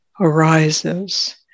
arises